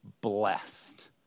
blessed